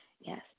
yes